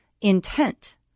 intent